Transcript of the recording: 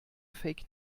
fake